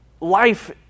Life